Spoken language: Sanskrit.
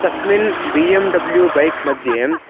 तस्मिन् बि एम् डब्ल्यू बैक्मध्ये